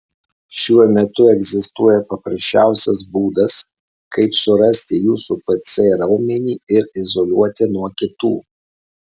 šiuo metu egzistuoja paprasčiausias būdas kaip surasti jūsų pc raumenį ir izoliuoti nuo kitų